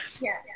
Yes